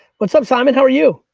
what's up, simon, how are you?